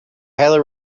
highly